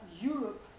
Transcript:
Europe